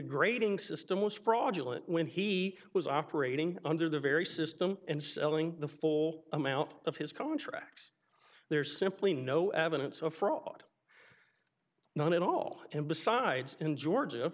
grading system was fraudulent when he was operating under the very system and selling the full amount of his contracts there's simply no evidence of fraud none at all and besides in georgia